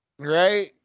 Right